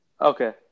Okay